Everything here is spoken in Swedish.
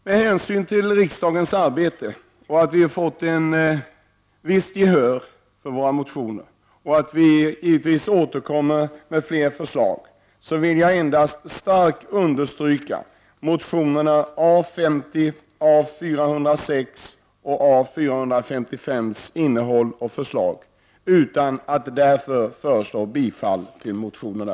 Med hänsyn till riksdagens arbete, och till att vi fått visst gehör för våra motioner och till att vi återkommer med fler förslag, vill jag endast starkt understryka innehållet och förslagen i motionerna A50, A406 och A4S5 utan att därför föreslå bifall till motionerna.